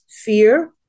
fear